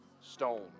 stone